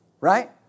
Right